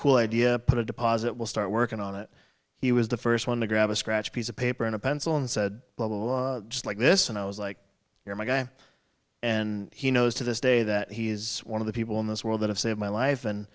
cool idea put a deposit will start working on it he was the first one to grab a scratch piece of paper and a pencil and said just like this and i was like you're my guy and he knows to this day that he is one of the people in this world that have saved my life and